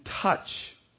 touch